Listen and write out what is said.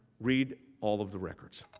read all of the records.